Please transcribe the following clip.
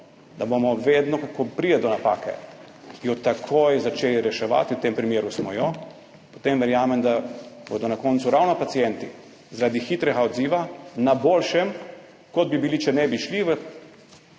da bomo vedno, ko pride do napake, jo takoj začeli reševati, v tem primeru smo jo, potem verjamem, da bodo na koncu ravno pacienti zaradi hitrega odziva na boljšem, kot bi bili, če ne bi šli v